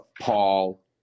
Paul